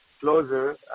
closer